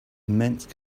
immense